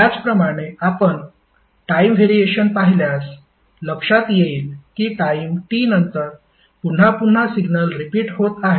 त्याचप्रमाणे आपण time variation पाहिल्यास लक्षात येईल की टाइम T नंतर पुन्हा पुन्हा सिग्नल रिपीट होत आहे